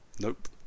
Nope